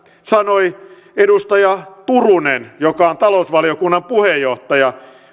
sanoi edustaja turunen joka on talousvaliokunnan puheenjohtaja